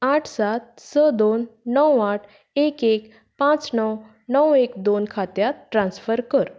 आठ सात स दोन णव आठ एक एक पांच णव णव एक दोन खात्यात ट्रान्सफर कर